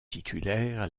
titulaire